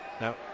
Now